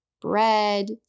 bread